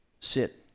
Sit